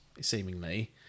seemingly